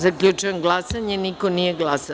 Zaključujem glasanje – niko nije glasao.